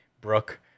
Brooke